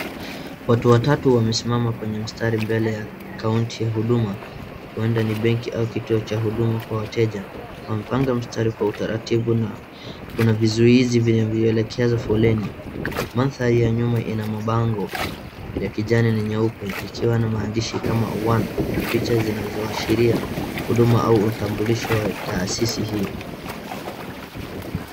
Watu watatu wamesimama kwenye mstari mbele ya kaunti ya huduma. Huenda ni benki au kituo cha huduma kwa wateja. Wamepanga, mstari kwa utaratibu na kuna vizuizi vyenye vielekezo foleni. Mandhari ya nyuma ina mabango ya kijani na nyeupe likiwa na maandishi kama [one] na picha zinazoashiria huduma au utambulisho wa taasisi hiyo.